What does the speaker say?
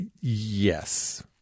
Yes